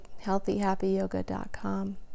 healthyhappyyoga.com